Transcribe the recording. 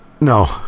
No